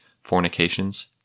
fornications